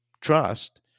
trust